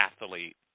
athlete